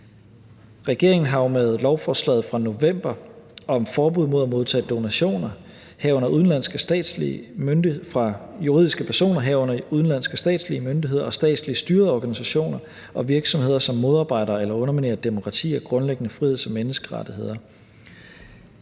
Regeringen kom jo med et lovforslag i november om forbuddet mod at modtage donationer fra juridiske personer, herunder udenlandske statslige myndigheder, statsligt styrede organisationer og virksomheder, som modarbejder eller underminerer demokrati og grundlæggende friheds- og menneskerettigheder.